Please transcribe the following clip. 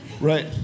Right